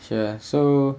sure so